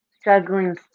struggling